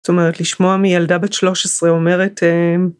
זאת אומרת לשמוע מילדה בת 13 אומרת אהההההההההההההההההההה